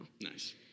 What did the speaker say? Nice